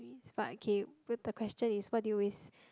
but okay the question is what do you always